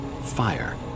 Fire